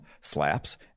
slaps